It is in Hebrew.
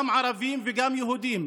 גם ערבים וגם יהודים,